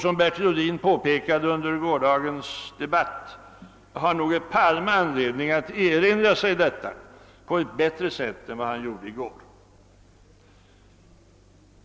Som Bertil Ohlin påpekade under gårdagens debatt har nog herr Palme anledning att erinra sig detta på ett bättre sätt än vad han gjorde i går.